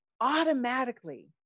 automatically